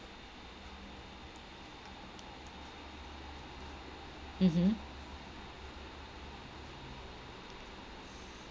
mmhmm